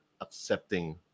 accepting